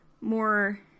more